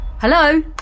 Hello